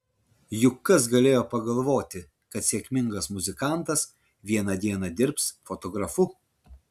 juk kas galėjo pagalvoti kad sėkmingas muzikantas vieną dieną dirbs fotografu